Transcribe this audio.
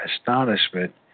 astonishment